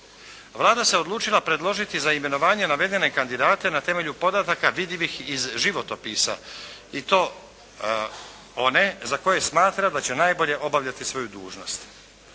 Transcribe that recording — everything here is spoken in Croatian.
Vlada se odlučila predložiti za imenovanje naveden kandidate na temelju podataka vidljivih iz životopisa i to one za koje smatra da će najbolje obavljati svoju dužnost.